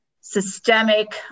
systemic